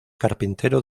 carpintero